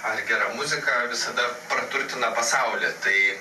ar gera muzika visada praturtina pasaulį tai